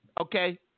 okay